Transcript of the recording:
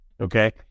Okay